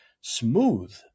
smooth